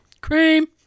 Cream